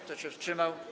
Kto się wstrzymał?